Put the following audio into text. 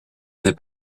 n’ai